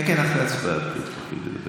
כן, בשמחה.